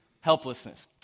helplessness